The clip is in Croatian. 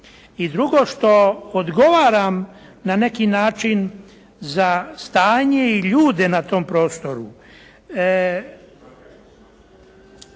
i drugo što odgovaram na neki način za stanje i ljude na tom prostoru.